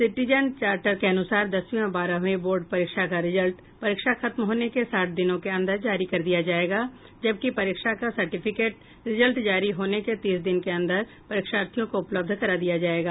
citizen charter के अनुसार दसवीं और बारहवीं बोर्ड परीक्षा का रिजल्ट परीक्षा खत्म होने के साठ दिनों के अंदर जारी कर दिया जायेगा जबकि परीक्षा का सार्टिफिकेट रिजल्ट जारी होने के तीस दिन के अंदर परीक्षार्थियों को उपलब्ध करा दिया जायेगा